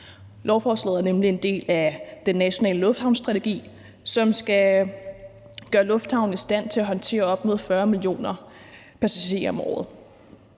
Lovforslaget er nemlig en del af den nationale lufthavnsstrategi, som skal gøre lufthavnen i stand til at håndtere op mod 40 millioner passagerer om året.